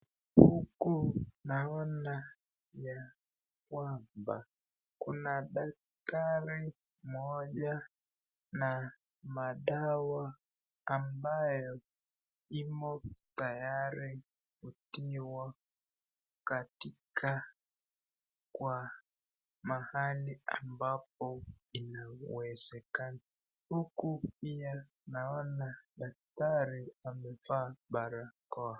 Huku naona ya kwamba kuna daktari mmoja na madawa ambayo imo tayari ikiwa katika kwa mahali ambapo inauwezekano. Huku pia tunaona daktari amevaa barakoa.